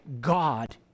God